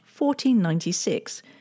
1496